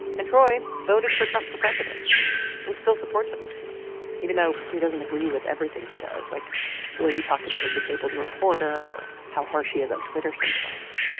and troy voted for trump for president and still supports him even though he doesn't agree with everything he does, like the way he talked about a disabled reporter or how harsh he is on twitter sometimes